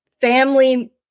family